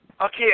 Okay